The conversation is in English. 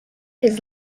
his